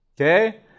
okay